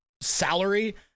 salary